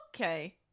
okay